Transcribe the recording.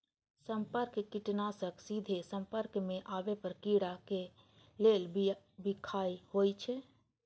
संपर्क कीटनाशक सीधे संपर्क मे आबै पर कीड़ा के लेल बिखाह होइ छै